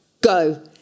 Go